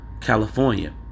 California